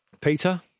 Peter